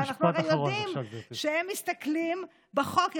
ואנחנו הרי יודעים שהם מסתכלים בחוק.